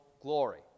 glory